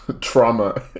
trauma